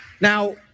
Now